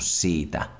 siitä